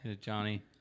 Johnny